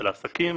של העסקים.